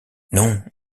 non